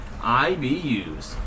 IBUs